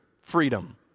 freedom